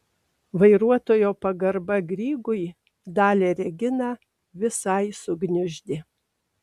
vairuotojo pagarba grygui dalią reginą visai sugniuždė